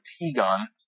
T-Gun